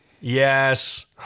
Yes